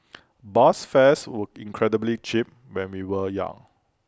bus fares were incredibly cheap when we were young